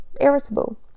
irritable